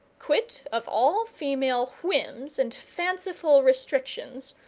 quit of all female whims and fanciful restrictions,